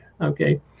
okay